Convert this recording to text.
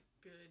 good